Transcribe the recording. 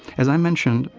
as i mentioned,